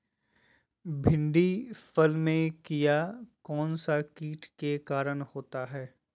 भिंडी फल में किया कौन सा किट के कारण होता है?